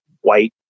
white